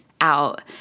out